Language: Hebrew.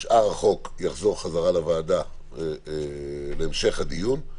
שאר החוק יחזור חזרה לוועדה להמשך הדיון.